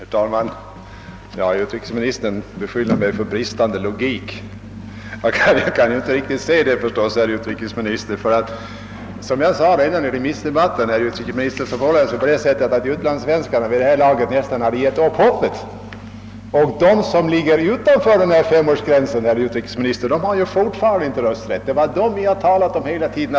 Herr talman! Utrikesministern beskyller mig för bristande logik. Jag kan inte riktigt förstå varpå han grundar sitt påstående. Som jag sade redan i remissdebatten för fjorton dar sedan förhåller det sig så att utlandssvenskarna vid det här laget nästan hade givit upp hoppet. Och de som ligger utanför femårsgränsen har fortfarande inte rösträtt. Det är dessa vi talat om hela tiden.